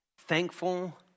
thankful